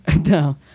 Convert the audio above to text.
No